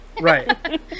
Right